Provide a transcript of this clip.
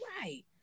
right